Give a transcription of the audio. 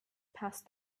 passed